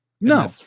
no